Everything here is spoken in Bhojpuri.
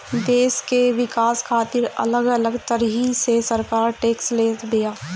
देस के विकास खातिर अलग अलग तरही से सरकार टेक्स लेत बिया